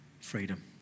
freedom